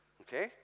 okay